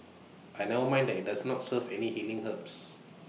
and never mind that IT does not serve any healing herbs